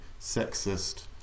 sexist